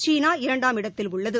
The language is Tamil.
சீனா இரண்டாம் இடத்தில் உள்ளது